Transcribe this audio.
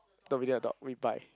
no we didn't adopt we buy